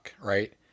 right